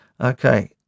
okay